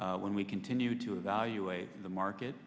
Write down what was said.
when we continue to evaluate the market